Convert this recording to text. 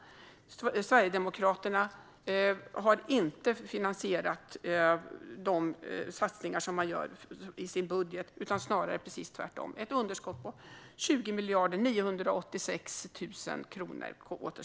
Sverigedemokraterna har inte finansierat de satsningar de gör i sin budget utan snarare precis tvärtom. De har ett underskott på 20 000 986 000 kronor.